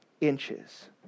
inches